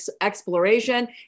exploration